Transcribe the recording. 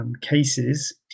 Cases